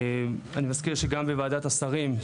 אני מזכיר שגם בוועדת השרים,